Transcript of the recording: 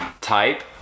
type